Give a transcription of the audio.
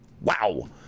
wow